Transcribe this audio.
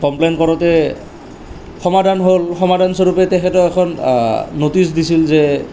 complain কৰোঁতে সমাধান হ'ল সমাধান স্বৰূপে তেখেতক এখন ন'টিচ দিছিল যে